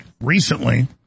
recently